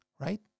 right